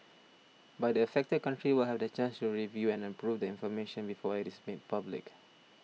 but the affected country will have the chance to review and approve the information before it is made public